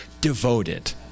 devoted